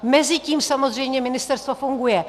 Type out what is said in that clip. Mezitím samozřejmě ministerstvo funguje.